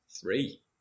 Three